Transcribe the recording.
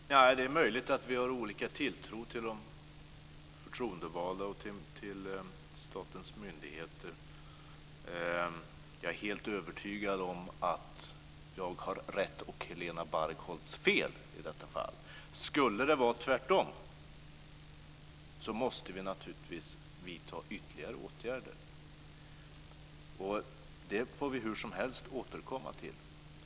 Fru talman! Det är möjligt att vi har olika tilltro till de förtroendevalda och till statens myndigheter. Jag är helt övertygad om att jag har rätt och Helena Bargholtz fel i detta fall. Skulle det vara tvärtom, måste vi naturligtvis vidta ytterligare åtgärder. Det får vi hur som helst återkomma till.